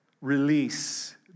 release